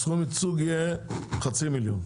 הסכום עיצום יהיה חצי מיליון.